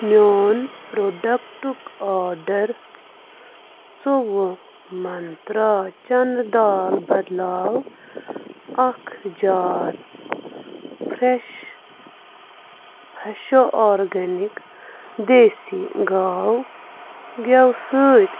میٛون پرٛوڈکٹُک آرڈر ژوٚوُہ منترٛا چنہٕ دال بدلاو اَکھ جار فرٛیش فرٛیشو آرگینِک دیسی گاو گٮ۪وٕ سۭتۍ